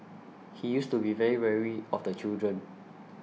he used to be very wary of the children